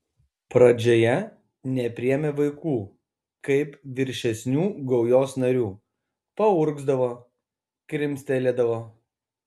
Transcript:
pradžioje nepriėmė vaikų kaip viršesnių gaujos narių paurgzdavo krimstelėdavo